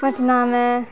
पटनामे